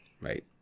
Right